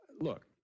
Look